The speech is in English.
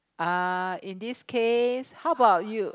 uh in this case how bout you